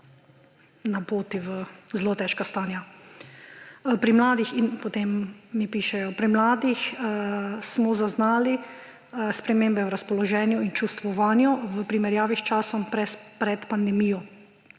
na poti v zelo težka stanja. Pri mladih smo zaznali spremembe v razpoloženju in čustvovanju v primerjavi s časom pred pandemijo.